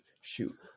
shoot